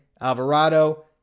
Alvarado